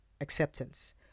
acceptance